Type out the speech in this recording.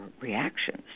reactions